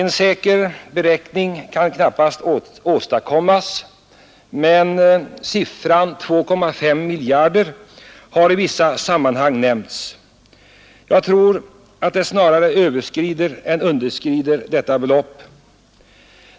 En säker beräkning kan knappast åstadkommas, men siffran 2,5 miljarder kronor har i vissa sammanhang nämnts. Jag tror att kostnaderna snarare överskrider än understiger detta belopp.